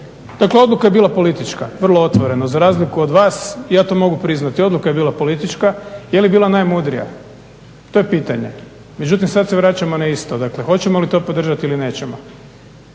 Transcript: Dakle, odluka je bila politička, vrlo otvoreno, za razliku od vas ja to mogu priznati. Odluka je bila politička, je li bila najmudrija? To je pitanje. Međutim sad se vraćamo na isto. Dakle, hoćemo li to podržati ili nećemo.